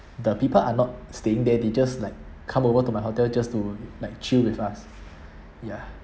the people are not staying there they just like come over to my hotel just to like chill with us ya